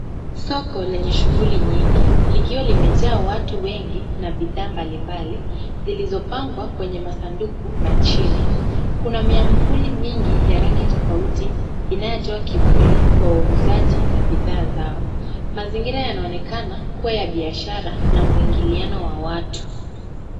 Soko lenye shughuli nyingi, likiwa limejaa watu wengi na bidhaa mbalimbali zilizopangwa kwenye masanduku na chini. Kuna miavuli mingi ya rangi tofauti inayotoa kivuli kwa wauzaji na bidhaa zao. Mazingira yanaonekana kuwa ya biashara na mwingiliano wa watu.